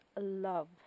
love